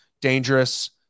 dangerous